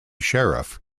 sheriff